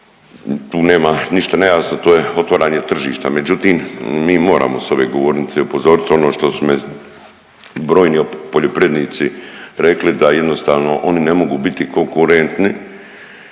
tu nema ništa nejasno to je otvaranje tržišta. Međutim, mi moramo s ove govornice upozorit ono što su me brojni poljoprivrednici rekli da jednostavno oni ne mogu biti konkurentni